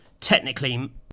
technically